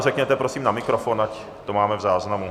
Řekněte to prosím na mikrofon, ať to máme v záznamu.